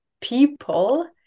people